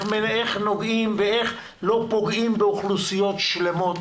נוגעים ואיך לא פוגעים באוכלוסיות שלמות,